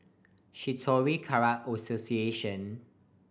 Shitoryu Karate Association